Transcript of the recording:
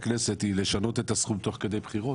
הכנסת היא לשנות את הסכום תוך כדי בחירות,